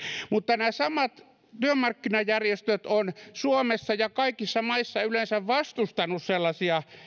mutta nämä samat työmarkkinajärjestöt ovat suomessa ja kaikissa maissa yleensä vastustaneet sellaisia